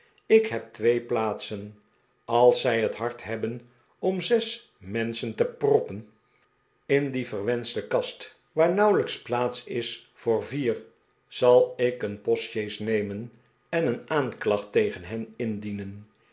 ik heb twee plaatsen als zij het hart hebben om zes menschen te proppen in die verwenschte kast waar nauwelijks plaats is voor vier zal ik een postsjees nemen en een aanklacht tegen hen indienen